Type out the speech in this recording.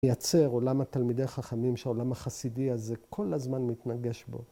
‫מייצר עולם התלמידי חכמים ‫שהעולם החסידי הזה ‫כל הזמן מתנגש בו.